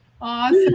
Awesome